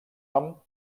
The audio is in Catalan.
nom